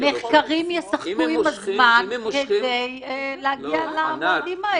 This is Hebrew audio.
נחקרים ישחקו עם הזמן כדי להגיע למועדים האלה.